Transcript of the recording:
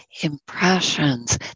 impressions